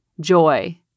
joy